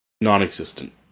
Non-existent